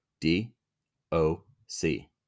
D-O-C